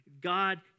God